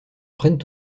prennent